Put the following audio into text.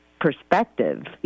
perspective